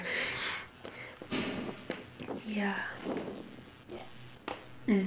ya mm